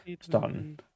starting